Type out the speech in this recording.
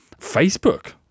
Facebook